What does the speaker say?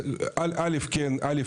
א',